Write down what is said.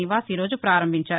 నివాస్ ఈ రోజు ప్రారంభించారు